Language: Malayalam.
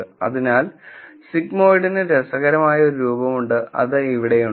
അതിനാൽ സിഗ്മോയിഡിന് രസകരമായ ഒരു രൂപമുണ്ട് അത് ഇവിടെയുണ്ട്